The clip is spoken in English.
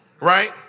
right